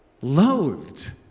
loathed